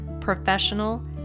professional